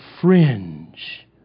fringe